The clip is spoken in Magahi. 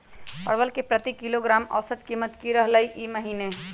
परवल के प्रति किलोग्राम औसत कीमत की रहलई र ई महीने?